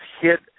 hit